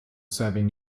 serving